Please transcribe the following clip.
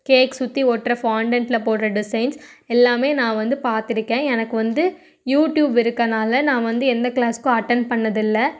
cakes சுற்றி ஒட்டுற ஃபாண்டென்ட்டில் போடுற டிசைன்ஸ் எல்லாமே நான் வந்து பார்த்துடுக்கேன் எனக்கு வந்து யூடியூப் இருக்கனால நான் வந்து எந்த கிளாஸ்க்கும் அட்டென்ட் பண்ணதில்லை